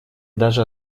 даже